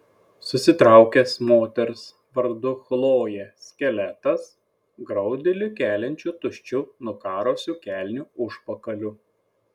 susitraukęs moters vardu chlojė skeletas graudulį keliančiu tuščiu nukarusiu kelnių užpakaliu